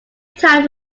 time